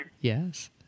Yes